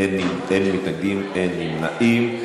אין מתנגדים, אין נמנעים.